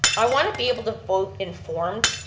i want to be able to vote informed.